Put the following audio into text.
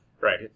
Right